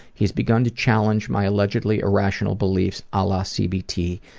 he's begun to challenge my allegedly irrational beliefs alah cbt,